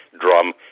drum